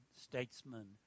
statesman